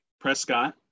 Prescott